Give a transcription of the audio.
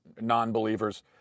non-believers